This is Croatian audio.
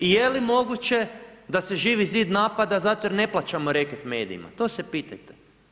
I je li moguće da se Živi zid napada, zato jer ne plaćamo reket medijima, to se pitajte.